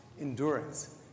endurance